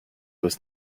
was